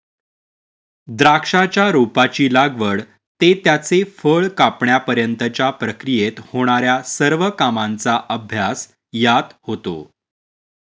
द्राक्षाच्या रोपाची लागवड ते त्याचे फळ कापण्यापर्यंतच्या प्रक्रियेत होणार्या सर्व कामांचा अभ्यास यात होतो